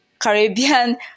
caribbean